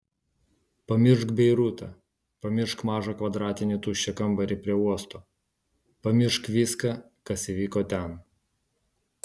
pamiršk beirutą pamiršk mažą kvadratinį tuščią kambarį prie uosto pamiršk viską kas įvyko ten